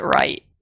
right